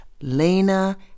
Lena